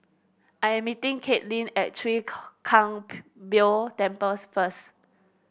I am meeting Kaitlyn at Chwee Kang Beo Temples first